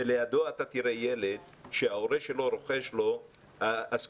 ולידו אתה תראה ילד שההורה שלו רוכש לו השכלה,